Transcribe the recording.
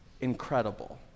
incredible